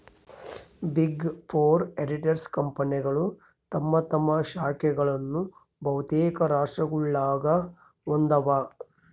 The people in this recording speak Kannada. ಬಿಗ್ ಫೋರ್ ಆಡಿಟರ್ಸ್ ಕಂಪನಿಗಳು ತಮ್ಮ ತಮ್ಮ ಶಾಖೆಗಳನ್ನು ಬಹುತೇಕ ರಾಷ್ಟ್ರಗುಳಾಗ ಹೊಂದಿವ